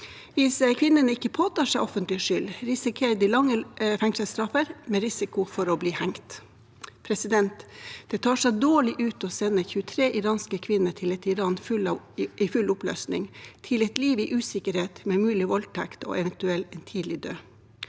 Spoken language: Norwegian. statsløse nene ikke påtar seg skyld offentlig, risikerer de lange fengselsstraffer med risiko for å bli hengt. Det tar seg dårlig ut å sende 23 iranske kvinner til et Iran i full oppløsning – til et liv i usikkerhet, mulig voldtekt og eventuelt tidlig død.